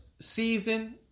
Season